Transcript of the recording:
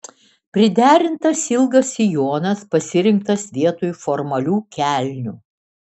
priderintas ilgas sijonas pasirinktas vietoj formalių kelnių